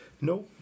No